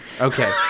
Okay